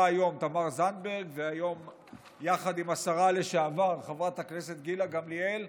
היום תמר זנדברג יחד עם השרה לשעבר חברת הכנסת גילה גמליאל.